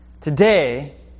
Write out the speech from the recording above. Today